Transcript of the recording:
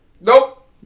Nope